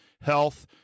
health